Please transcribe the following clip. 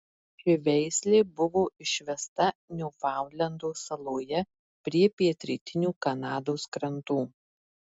ši veislė buvo išvesta niufaundlendo saloje prie pietrytinių kanados krantų